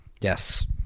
yes